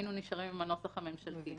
היינו נשארים עם הנוסח הממשלתי.